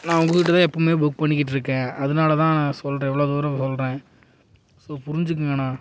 நான் உங்கக்கிட்டே தான் எப்போவுமே புக் பண்ணிக்கிட்டு இருக்கேன் அதனால தான் நான் சொல்கிறேன் இவ்வளோதூரம் சொல்கிறேன் ஸோ புரிஞ்சுக்குங்கண்ணா